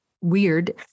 weird